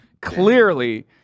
clearly